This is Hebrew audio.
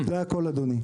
זה הכול, אדוני.